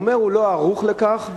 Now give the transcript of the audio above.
הוא אומר: הוא לא ערוך לכך,